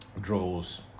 draws